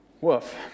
Woof